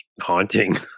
haunting